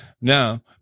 now